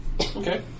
Okay